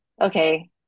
okay